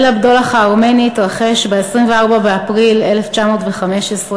"ליל הבדולח" הארמני התרחש ב-24 באפריל 1915,